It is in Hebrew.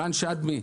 רן שדמי,